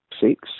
six